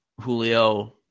Julio